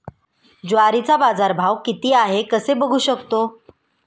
ज्वारीचा बाजारभाव किती आहे कसे बघू शकतो?